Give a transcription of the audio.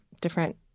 different